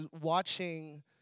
watching